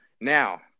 Now